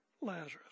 Lazarus